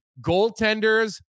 goaltenders